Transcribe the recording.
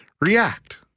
react